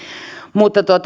mutta